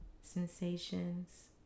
sensations